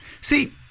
see